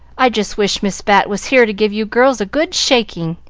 i just wish miss bat was here to give you girls a good shaking.